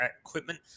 equipment